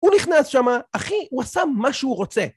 ‫הוא נכנס שמה, אחי, ‫הוא עשה מה שהוא רוצה.